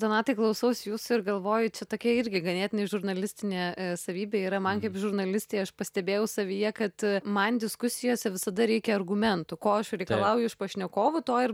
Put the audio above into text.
donatai klausaus jūsų ir galvoju čia tokia irgi ganėtinai žurnalistinė savybė yra man kaip žurnalistei aš pastebėjau savyje kad man diskusijose visada reikia argumentų ko aš reikalauju iš pašnekovų to ir